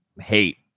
hate